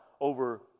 over